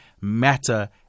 matter